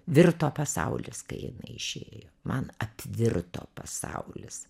virto pasaulis kai jinai išėjo man apvirto pasaulis